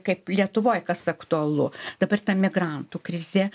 kaip lietuvoj kas aktualu dabar ta migrantų krizė